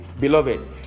beloved